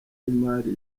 y’imari